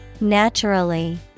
Naturally